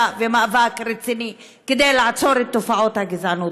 ומאבק רציני כדי לעצור את תופעות הגזענות.